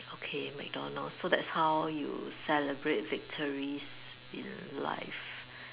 okay McDonalds so that's how you celebrate victories in life